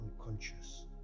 unconscious